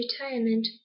retirement